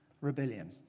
rebellion